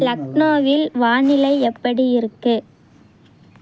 லக்னோவில் வானிலை எப்படி இருக்கு